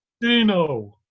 Dino